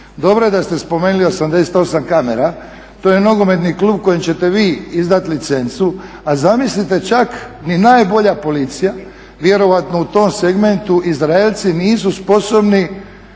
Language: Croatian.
dobro je da ste spomenuli 88 kamera, to je nogometni klub kojem ćete vi izdati licencu a zamislite čak ni najbolja policija vjerojatno u tom segmentu Izraelci nisu sposobni